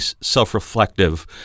self-reflective